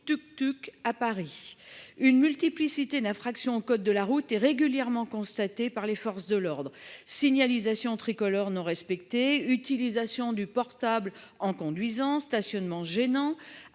tuk-tuk à Paris une multiplicité d'infractions au code de la route est régulièrement constatés par les forces de l'ordre signalisations tricolores ne. Utilisation du portable en conduisant stationnement gênant,